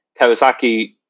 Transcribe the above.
Kawasaki